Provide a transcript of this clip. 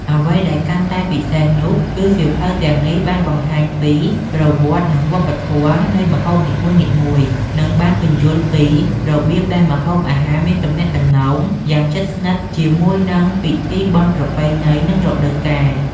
អ្វីដែលកាន់តែពិសេសនោះ គឺសៀវភៅទាំងនេះបានបង្ហាញពី ប្រវត្តិ និងវប្បធម៌ នៃម្ហូបនីមួយៗ និងបានពន្យល់ពីរបៀបដែលម្ហូបអាហារមានទំនាក់ទំនងយ៉ាងជិតស្និទ្ធជាមួយនឹងពិធីបុណ្យប្រពៃណី និងរដូវកាល។